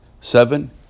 Seven